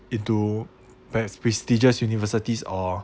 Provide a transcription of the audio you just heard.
into perhaps prestigious universities or